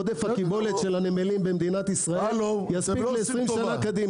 עודף הקיבולת של הנמלים במדינת ישראל יספיק ל-20 שנה קדימה.